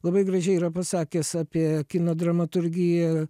labai gražiai yra pasakęs apie kino dramaturgiją